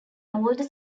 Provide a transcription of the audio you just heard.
older